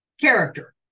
Character